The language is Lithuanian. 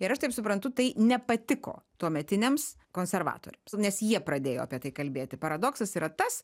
ir aš taip suprantu tai nepatiko tuometiniams konservatoriams nes jie pradėjo apie tai kalbėti paradoksas yra tas